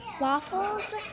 waffles